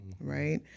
right